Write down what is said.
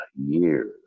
years